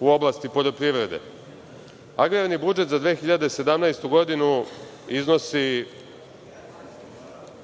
u oblasti poljoprivrede? Agrarni budžet za 2017. godinu iznosi